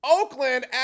Oakland